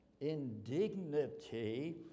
indignity